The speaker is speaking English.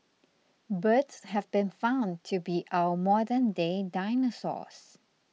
birds have been found to be our modernday dinosaurs